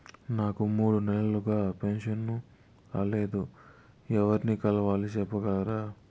నాకు మూడు నెలలుగా పెన్షన్ రాలేదు ఎవర్ని కలవాలి సెప్పగలరా?